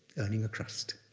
earning a crust.